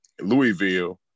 Louisville